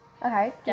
Okay